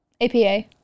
APA